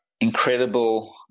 incredible